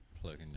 plugging